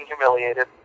humiliated